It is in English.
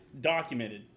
documented